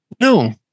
no